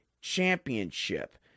Championship